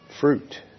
fruit